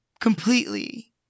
completely